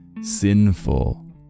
sinful